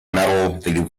metal